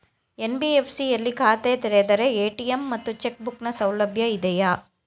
NBFC ಯಲ್ಲಿ ಖಾತೆ ತೆರೆದರೆ ಎ.ಟಿ.ಎಂ ಮತ್ತು ಚೆಕ್ ನ ಸೌಲಭ್ಯ ಇದೆಯಾ?